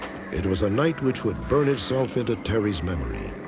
it was a night which would burn itself into terry's memory.